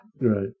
Right